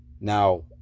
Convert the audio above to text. now